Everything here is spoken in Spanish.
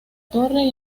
torre